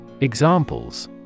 Examples